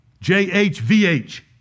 J-H-V-H